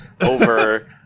over